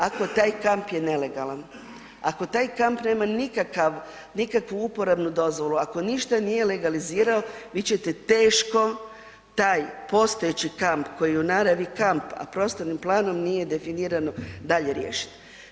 Ako taj kamp je nelegalan, ako taj kamp nema nikakav, nikakvu uporabnu dozvolu, ako ništa nije legalizirao, vi ćete teško taj postojeći kamp koji je u naravi kamp, a prostornim planom nije definirano, dalje riješiti.